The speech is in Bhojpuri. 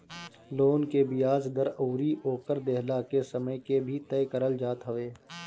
लोन के बियाज दर अउरी ओकर देहला के समय के भी तय करल जात हवे